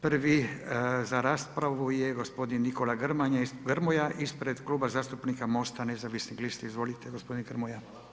Prvi za raspravu je gospodin Nikola Grmoja ispred Kluba zastupnika MOST-a nezavisnih lista, izvolite gospodin Grmoja.